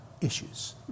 issues